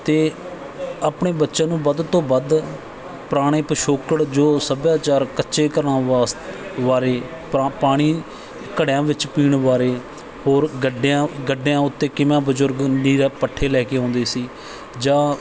ਅਤੇ ਆਪਣੇ ਬੱਚਿਆਂ ਨੂੰ ਵੱਧ ਤੋਂ ਵੱਧ ਪੁਰਾਣੇ ਪਿਛੋਕੜ ਜੋ ਸੱਭਿਆਚਾਰ ਕੱਚੇ ਘਰਾਂ ਵਾਸ ਬਾਰੇ ਪਾਣੀ ਘੜਿਆਂ ਵਿੱਚ ਪੀਣ ਬਾਰੇ ਹੋਰ ਗੱਡਿਆਂ ਗੱਡਿਆਂ ਉੱਤੇ ਕਿਵੇਂ ਬਜ਼ੁਰਗ ਦੀ ਦਾ ਪੱਠੇ ਲੈ ਕੇ ਆਉਂਦੇ ਸੀ ਜਾਂ